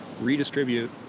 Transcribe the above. redistribute